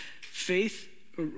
faith